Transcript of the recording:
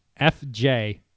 FJ